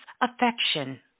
affection